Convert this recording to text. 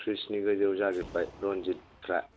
थ्रिसनि गोजौआव जाजोबबाय रन्जितफ्रा